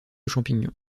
champignon